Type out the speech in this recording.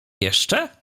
jeszcze